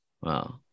wow